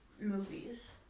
Movies